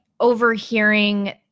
overhearing